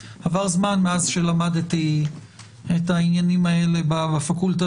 שעוסק בכך שאין סמכות בעניינים הכרוכים לכתוב "אף לא בדרך של משא-ומתן"